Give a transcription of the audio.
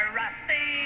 rusty